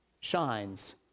shines